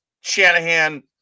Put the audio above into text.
Shanahan